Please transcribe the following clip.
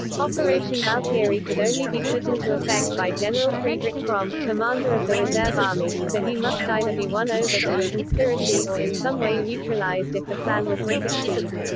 operation valkyrie could only be put into effect by general friedrich fromm, commander of the reserve army, so he must either be won over to the conspiracy or in some way neutralised if the plan was to succeed.